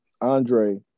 Andre